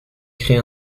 créé